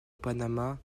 panama